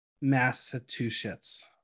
Massachusetts